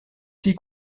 six